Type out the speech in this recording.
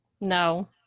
No